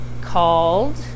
called